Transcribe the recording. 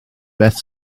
beth